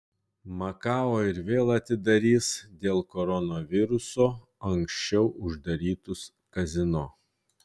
makao ir vėl atidarys dėl koronaviruso anksčiau uždarytus kazino